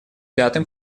пятым